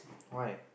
why